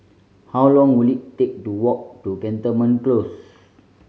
how long will it take to walk to Cantonment Close